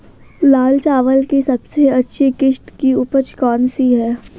लाल चावल की सबसे अच्छी किश्त की उपज कौन सी है?